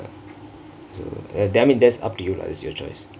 so dammit that's up to you lah it's your choice